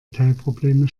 teilprobleme